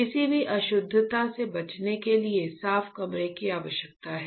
किसी भी अशुद्धता से बचने के लिए साफ कमरे की आवश्यकता है